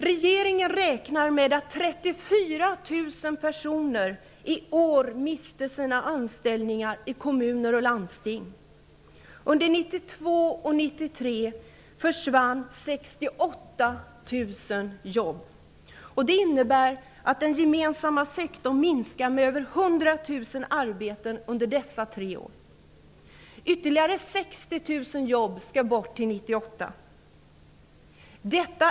Regeringen räknar med att försvann 68 000 jobb. Detta innebär att den gemensamma sektorn minskar med över 100 000 arbeten under dessa tre år. Ytterligare 60 000 jobb skall bort till 1998.